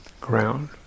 Ground